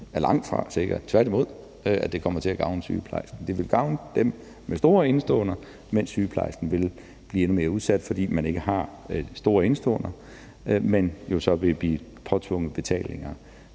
det langtfra er sikkert, at det kommer til at gavne sygeplejersken, tværtimod. Det vil gavne dem med store indeståender, mens sygeplejersken vil blive endnu mere udsat, fordi man ikke har de store indeståender, men jo så vil blive påtvunget betalinger